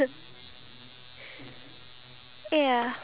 because there's this vlogger that I watch